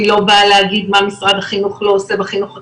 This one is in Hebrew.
אני לא באה להגיד מה משרד החינוך לא עושה בחינוך הכללי,